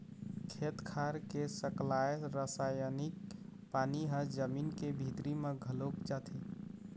खेत खार के सकलाय रसायनिक पानी ह जमीन के भीतरी म घलोक जाथे